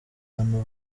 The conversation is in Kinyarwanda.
abantu